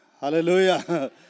Hallelujah